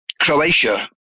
Croatia